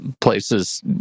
places